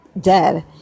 dead